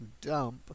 dump